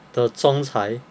the 总裁